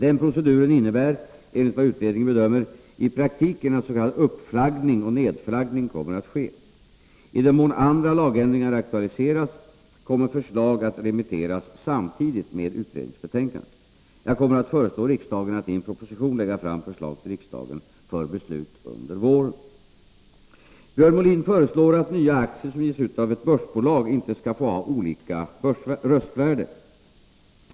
Denna procedur innebär, enligt utredningens bedömning, i praktiken att s.k. uppflaggning och nedflaggning kommer att ske. I den mån andra lagändringar aktualiseras kommer förslag att remitteras samtidigt med utredningsbetänkandet. Jag kommer att föreslå regeringen att i en proposition lägga fram förslag till riksdagen för beslut under våren. Björn Molin föreslår att nya aktier som ges ut av ett börsbolag inte skall få ha olika röstvärde.